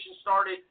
started